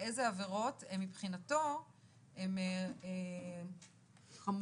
איזה עבירות מבחינתו הן חמורות,